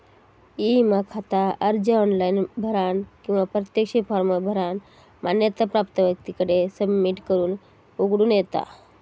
E विमा खाता अर्ज ऑनलाइन भरानं किंवा प्रत्यक्ष फॉर्म भरानं मान्यता प्राप्त व्यक्तीकडे सबमिट करून उघडूक येता